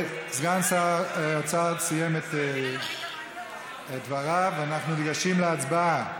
סגן שר האוצר סיים את דבריו, אנחנו ניגשים להצבעה.